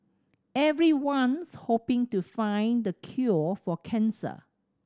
everyone's hoping to find the cure for cancer